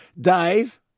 Dave